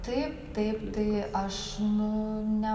taip taip tai aš nu ne